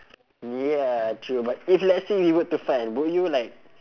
ya true but if let's say we were to find would you like